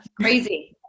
crazy